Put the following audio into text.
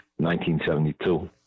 1972